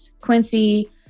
Quincy